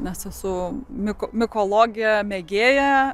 nes esu mikologija mėgėja